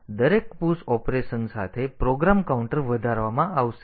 હવે દરેક push operation સાથે પ્રોગ્રામ કાઉન્ટર વધારવામાં આવશે